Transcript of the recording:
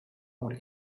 would